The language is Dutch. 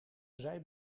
zij